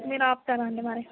మీరు ఆపుతారా అండి మరి